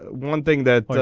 one thing that.